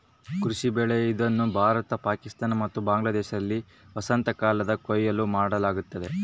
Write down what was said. ಕೃಷಿ ಬೆಳೆ ಇದನ್ನು ಭಾರತ ಪಾಕಿಸ್ತಾನ ಮತ್ತು ಬಾಂಗ್ಲಾದೇಶದಲ್ಲಿ ವಸಂತಕಾಲದಾಗ ಕೊಯ್ಲು ಮಾಡಲಾಗ್ತತೆ